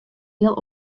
heel